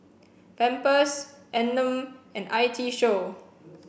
Pampers Anmum and I T Show